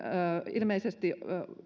ilmeisesti